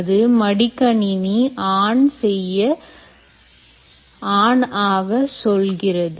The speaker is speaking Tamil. அது மடி கணினியை ஆன் ஆக சொல்கிறது